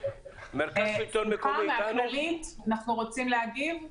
בוקר טוב, אנחנו רוצים להגיב.